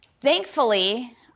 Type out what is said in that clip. Thankfully